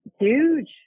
Huge